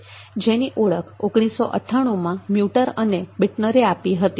જેની ઓળખ 1998માં મ્યુટર અને બીટનરે આપી હતી